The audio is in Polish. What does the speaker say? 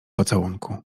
pocałunku